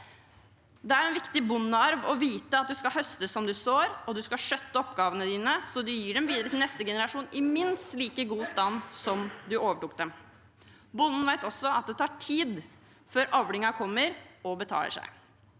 Det er en viktig bondearv å vite at du skal høste som du sår, og du skal skjøtte oppgavene dine sånn at du gir det videre til neste generasjon i minst like god stand som da du overtok. Bonden vet også at det tar tid før avlingen kommer, og før den betaler seg.